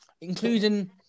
including